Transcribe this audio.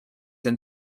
and